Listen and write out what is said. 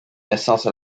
naissance